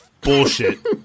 bullshit